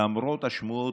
למרות השמועות,